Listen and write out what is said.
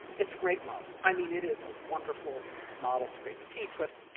it's a great model. i mean, it is a wonderful model. it's great to teach with.